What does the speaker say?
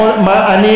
אם כן,